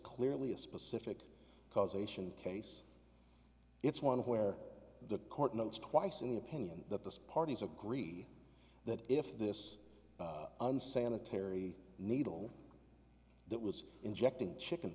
clearly a specific causation case it's one where the court notes twice in the opinion that this parties agree that if this unsanitary needle that was injecting chicken